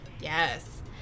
Yes